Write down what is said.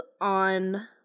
on